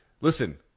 Listen